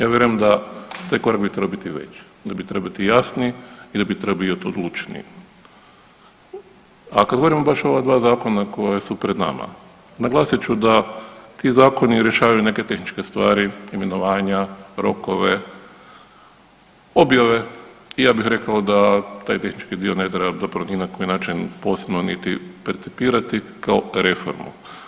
Ja vjerujem da taj korak bi trebao biti veći, da trebati jasniji i da bi trebao biti odlučniji, a kad govorimo baš o ova 2 zakona koja su pred nama, naglasit ću da ti zakoni rješavaju neke tehničke stvari, imenovanja, rokove, objave i ja bih rekao da taj tehnički dio ne treba zapravo ni na koji način posebno niti percipirati kao reformu.